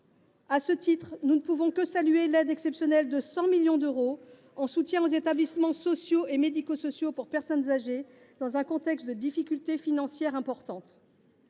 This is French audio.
À ce titre, nous ne pouvons que saluer l’aide exceptionnelle de 100 millions d’euros en soutien aux établissements sociaux et médico sociaux pour personnes âgées dans un contexte de difficultés financières importantes.